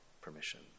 permission